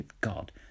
God